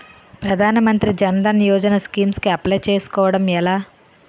ప్రధాన మంత్రి జన్ ధన్ యోజన స్కీమ్స్ కి అప్లయ్ చేసుకోవడం ఎలా?